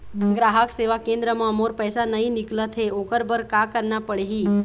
ग्राहक सेवा केंद्र म मोर पैसा नई निकलत हे, ओकर बर का करना पढ़हि?